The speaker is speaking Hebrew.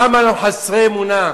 למה אנחנו חסרי אמונה?